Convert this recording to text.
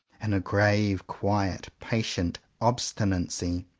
in a grave, quiet, patient obstinacy.